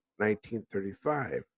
1935